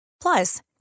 Plus